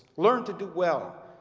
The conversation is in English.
learn to do well.